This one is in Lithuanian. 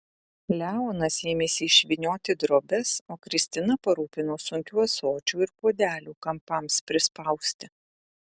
leonas ėmėsi išvynioti drobes o kristina parūpino sunkių ąsočių ir puodelių kampams prispausti